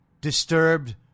disturbed